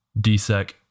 DSEC